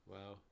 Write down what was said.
Wow